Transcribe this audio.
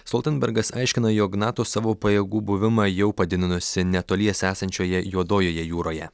stoltenbergas aiškino jog nato savo pajėgų buvimą jau padidinusi netoliese esančioje juodojoje jūroje